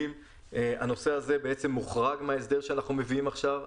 הנושא הזה הוחרג מההסדר שאנחנו מביאים עכשיו.